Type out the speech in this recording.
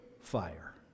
fire